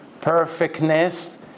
perfectness